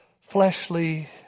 fleshly